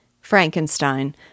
Frankenstein